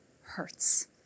hurts